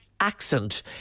accent